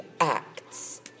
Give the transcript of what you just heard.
acts